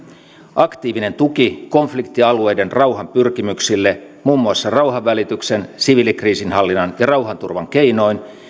aktiivinen tuki konfliktialueiden rauhanpyrkimyksille muun muassa rauhanvälityksen siviilikriisinhallinnan ja rauhanturvan keinoin